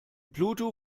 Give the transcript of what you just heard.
pluto